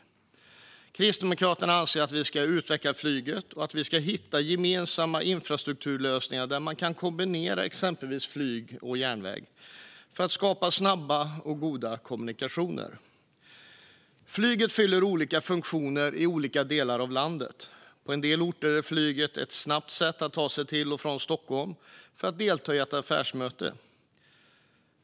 Kristdemokraterna anser att man ska utveckla flyget och hitta gemensamma infrastrukturlösningar där man kan kombinera exempelvis flyg och järnväg för att skapa snabba och goda kommunikationer. Flyget fyller olika funktioner i olika delar av landet. På en del orter är flyget ett snabbt sätt att ta sig till och från Stockholm för att delta i ett affärsmöte.